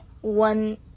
one